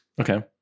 Okay